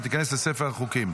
ותיכנס לספר החוקים.